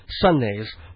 Sundays